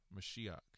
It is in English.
Mashiach